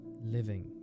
living